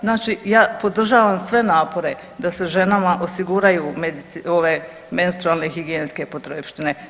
Znači ja podržavam sve napore da se ženama osiguraju menstrualne i higijenske potrepštine.